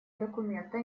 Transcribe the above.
документа